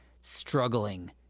struggling